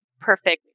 perfect